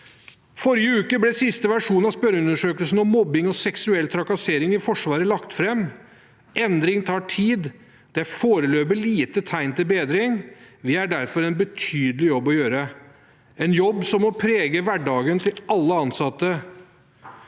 Forrige uke ble siste versjon av spørreundersøkelsen om mobbing og seksuell trakassering i Forsvaret lagt fram. Endring tar tid. Det er foreløpig lite tegn til bedring. Vi har derfor en betydelig jobb å gjøre, en jobb som må prege hverdagen til alle ansatte.